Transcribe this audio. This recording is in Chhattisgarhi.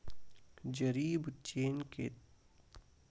जरीब चेन कतेक मीटर के होथे व कतेक कडी पाए जाथे?